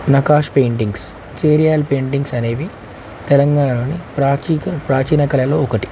Nakkash paintings Cheriyal paintings అనేవి తెలంగాణలోని ప్రాచీక ప్రాచీన కళల్లో ఒకటి